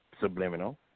subliminal